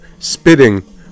spitting